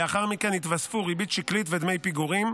לאחר מכן יתווספו ריבית שקלית ודמי פיגורים,